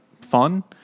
fun